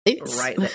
right